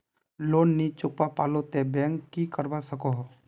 Loan नी चुकवा पालो ते बैंक की करवा सकोहो?